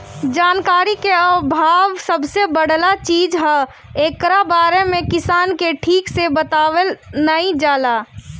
जानकारी के आभाव सबसे बड़का चीज हअ, एकरा बारे में किसान के ठीक से बतवलो नाइ जाला